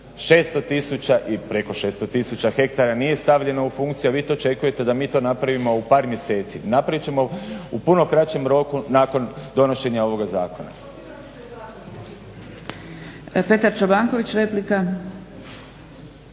600 tisuća i preko 600 tisuća hektara nije stavljeno u funkciju, a vi to očekujete da to napravimo u par mjeseci. Napravit ćemo u puno kraćem roku nakon donošenja ovoga zakona.